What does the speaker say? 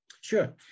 Sure